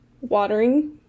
watering